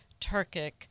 Turkic